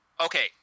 Okay